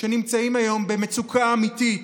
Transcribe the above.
שנמצאים היום במצוקה אמיתית.